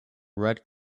red